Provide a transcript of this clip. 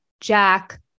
Jack